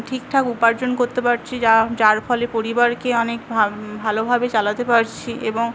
ঠিকঠাক উপার্জন করতে পারছি যা যার ফলে পরিবারকে অনেক ভা ভালোভাবে চালাতে পারছি এবং